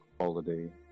holiday